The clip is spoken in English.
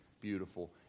beautiful